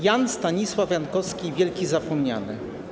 Jan Stanisław Jankowski wielki zapomniany.